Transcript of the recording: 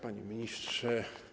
Panie Ministrze!